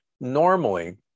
normally